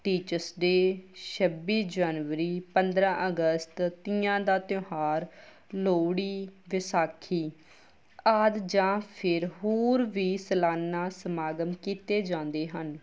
teachers day ਛੱਬੀ ਜਨਵਰੀ ਪੰਦਰ੍ਹਾਂ ਅਗਸਤ ਤੀਆਂ ਦਾ ਤਿਉਹਾਰ ਲੋਹੜੀ ਵਿਸਾਖੀ ਆਦਿ ਜਾਂ ਫਿਰ ਹੋਰ ਵੀ ਸਲਾਨਾ ਸਮਾਗਮ ਕੀਤੇ ਜਾਂਦੇ ਹਨ